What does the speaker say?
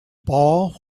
ball